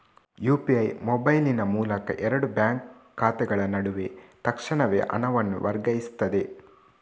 UPI ಮೊಬೈಲಿನ ಮೂಲಕ ಎರಡು ಬ್ಯಾಂಕ್ ಖಾತೆಗಳ ನಡುವೆ ತಕ್ಷಣವೇ ಹಣವನ್ನು ವರ್ಗಾಯಿಸ್ತದೆ